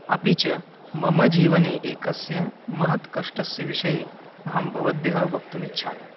अपि च मम जीवने एकस्य महत्कष्टस्य विषये अहं भवद्भ्यः वक्तुम् इच्छामि